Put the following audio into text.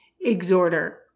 exhorter